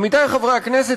עמיתי חברי הכנסת,